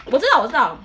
我知道我知道